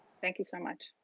thank you so much.